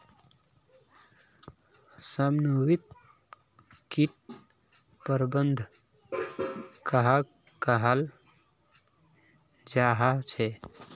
समन्वित किट प्रबंधन कहाक कहाल जाहा झे?